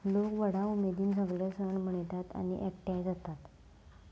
लोक व्हडा उमेदीन सगळे सण मनयतात आनी एकठांय जातात